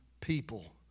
people